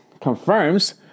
confirms